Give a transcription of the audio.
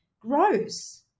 gross